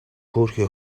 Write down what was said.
хөөрхий